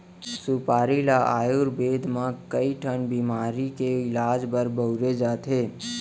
सुपारी ल आयुरबेद म कइ ठन बेमारी के इलाज बर बउरे जाथे